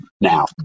now